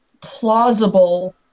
plausible